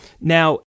Now